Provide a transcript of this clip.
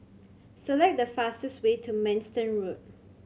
select the fastest way to Manston Road